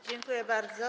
Dziękuję bardzo.